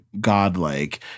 godlike